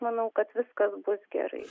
manau kad viskas bus gerai